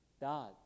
God